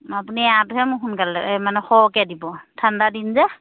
আপুনি এৱাটোহে মোক সোনকালে মানে সৰহকৈ দিব ঠাণ্ডা দিন যে